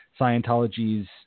Scientology's